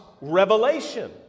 revelation